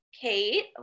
Kate